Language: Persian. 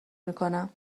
میکنم